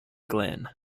glen